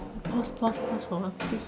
pause pause pause for a while please